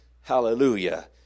Hallelujah